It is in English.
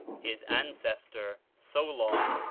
his ancestor, solon,